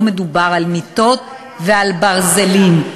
לא מדובר על מיטות ועל ברזלים,